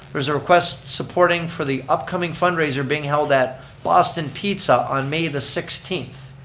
there's a request supporting for the upcoming fundraiser being held at boston pizza on may the sixteenth.